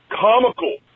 comical